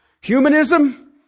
Humanism